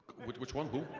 which which one, who?